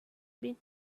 been